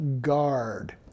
guard